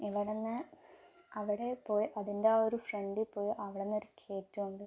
ഇവിടെ നിന്ന് അവിടെ പോയി അതിൻ്റെ ആ ഒരു ഫ്രണ്ടിൽ പോയി അവിടെ നിന്നൊരു കയറ്റമുണ്ട്